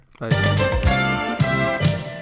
bye